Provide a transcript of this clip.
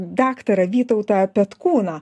daktarą vytautą petkūną